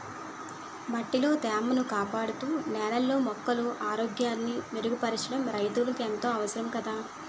మట్టిలో తేమను కాపాడుతూ, నేలలో మొక్కల ఆరోగ్యాన్ని మెరుగుపరచడం రైతులకు ఎంతో అవసరం కదా